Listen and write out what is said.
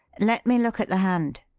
let me look at the hand.